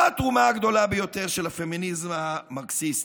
מה התרומה הגדולה ביותר של הפמיניזם המרקסיסטי?